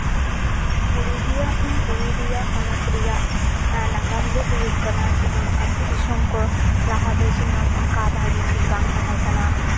ᱯᱩᱨᱩᱞᱤᱭᱟᱹ ᱯᱩᱨᱩᱞᱤᱭᱟᱹ ᱦᱚᱱᱚᱛ ᱨᱮᱭᱟᱜ ᱱᱟᱜᱟᱢ ᱫᱚ ᱦᱩᱭᱩᱜ ᱠᱟᱱᱟ ᱡᱮᱢᱚᱱ ᱟᱹᱛᱩ ᱫᱤᱥᱚᱢ ᱠᱚ ᱞᱟᱦᱟ ᱫᱚ ᱡᱮᱢᱚᱱ ᱵᱷᱟᱹᱜᱤ ᱴᱷᱤᱠ ᱵᱟᱝ ᱛᱟᱦᱮᱸ ᱠᱟᱱᱟ